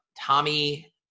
Tommy